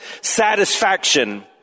satisfaction